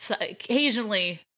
occasionally